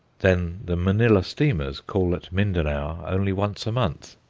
then, the manilla steamers call at mindanao only once a month.